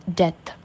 death